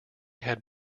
had